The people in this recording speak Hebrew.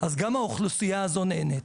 אז גם האוכלוסייה הזו נהנית.